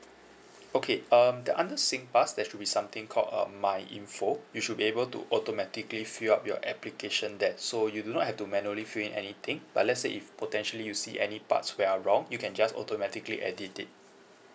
okay um the under singpass there should be something called uh my info you should be able to automatically fill up your application there so you do not have to manually fill in anything but let's say if potentially you see any parts where are wrong you can just automatically edit it